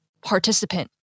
participant